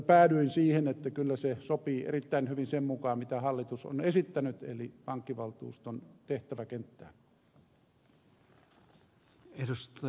päädyin siihen että kyllä se sopii erittäin hyvin sen mukaan mitä hallitus on esittänyt eli pankkivaltuuston tehtäväkenttään